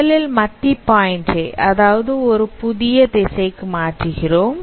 முதலில் மத்தி பாயிண்ட் ஐ ஏதாவது ஒருபுதிய திசைக்கு மாற்றுகிறோம்